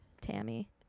Tammy